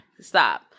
stop